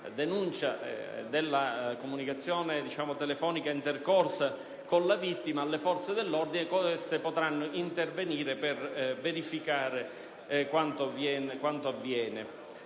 denuncia della comunicazione telefonica intercorsa con la vittima, le forze dell'ordine potranno intervenire per verificare quanto avviene.